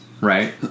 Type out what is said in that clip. Right